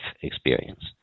experience